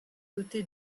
doté